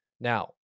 Now